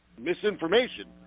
misinformation